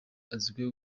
azwiho